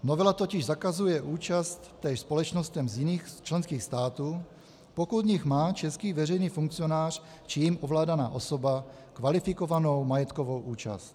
Novela totiž zakazuje účast též společnostem z jiných členských států, pokud v nich má český veřejný funkcionář či jím ovládaná osoba kvalifikovanou majetkovou účast.